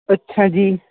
ਅੱਛਾ ਜੀ